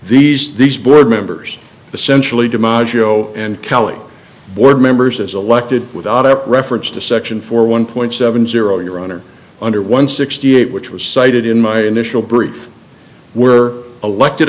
these days board members essentially dimaio and kelly board members as elected without ever reference to section four one point seven zero your honor under one sixty eight which was cited in my initial brief were elected